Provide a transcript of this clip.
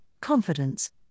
confidence